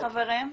סליחה, חברים.